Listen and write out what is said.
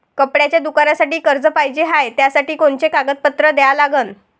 कपड्याच्या दुकानासाठी कर्ज पाहिजे हाय, त्यासाठी कोनचे कागदपत्र द्या लागन?